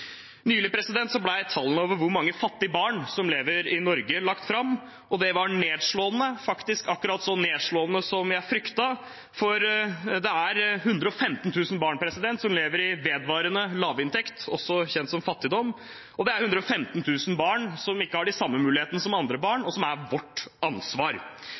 Nylig ble tallene over hvor mange fattige barn som lever i Norge, lagt fram, og det var nedslående, faktisk akkurat så nedslående som jeg fryktet, for det er 115 000 barn som lever med vedvarende lavinntekt, også kjent som fattigdom. Det er 115 000 barn som ikke har de samme mulighetene som andre barn, og det er vårt ansvar.